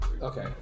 Okay